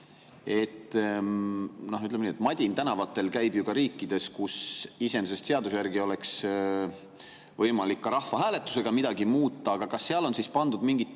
kommenteerida. Madin tänavatel käib ju ka riikides, kus iseenesest seaduse järgi oleks võimalik ka rahvahääletusega midagi muuta. Aga kas seal on pandud mingid